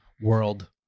world